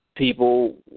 People